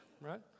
right